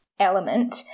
element